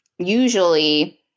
Usually